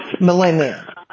millennia